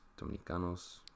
Dominicanos